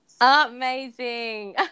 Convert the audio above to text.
Amazing